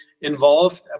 involved